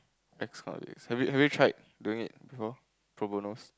next one is have you have you tried doing it before pro bonos